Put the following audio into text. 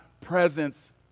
presence